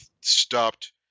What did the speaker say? stopped